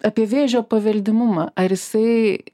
apie vėžio paveldimumą ar jisai